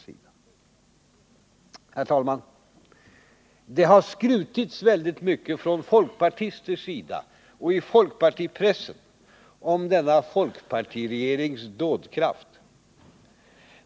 Herr talman! Det har skrutits väldigt mycket från folkpartistisk sida och i folkpartipressen om folkpartiregeringens dådkraft.